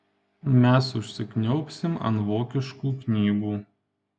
mes užsikniaubsim ant vokiškų knygų